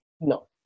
No